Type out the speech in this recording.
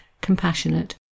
compassionate